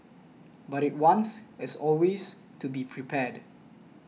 but it wants as always to be prepared